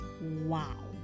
Wow